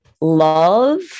love